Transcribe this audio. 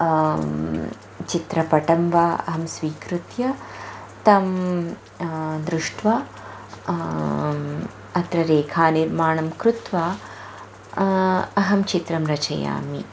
चित्रपटं वा अहं स्वीकृत्य तं दृष्ट्वा अत्र रेखानिर्माणं कृत्वा अहं चित्रं रचयामि